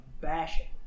bashing